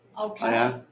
Okay